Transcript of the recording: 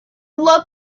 love